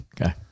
Okay